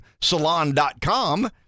salon.com